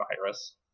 virus